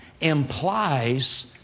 implies